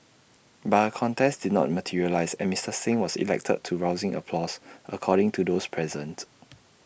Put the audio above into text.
but A contest did not materialise and Mister Singh was elected to rousing applause according to those present